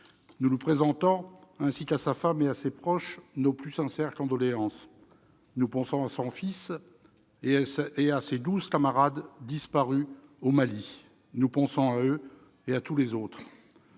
Nous lui présentons, ainsi qu'à sa femme et à ses proches, nos plus sincères condoléances. Nous pensons à son fils et aux douze camarades de celui-ci, tous disparus au Mali. Nous pensons à eux, et à tous les autres